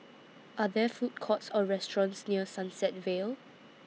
Are There Food Courts Or restaurants near Sunset Vale